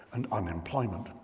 and unemployment.